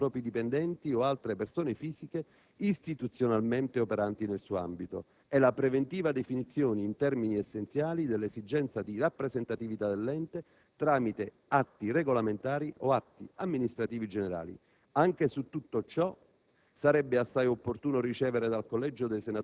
all'interno dell'ente, tra i suoi organi, ovvero tra essi ed i propri dipendenti o altre persone fisiche istituzionalmente operanti nel suo ambito; e la preventiva definizione, in termini essenziali, dell'esigenza di rappresentatività dell'ente, tramite atti regolamentari o atti amministrativi generali.